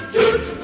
Toot